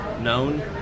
known